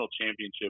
championship